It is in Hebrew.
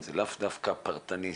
זה לאו דווקא פרטני,